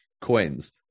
coins